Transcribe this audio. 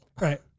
Right